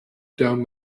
down